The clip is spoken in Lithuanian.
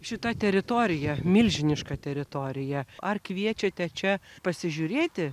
šita teritorija milžiniška teritorija ar kviečiate čia pasižiūrėti